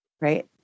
right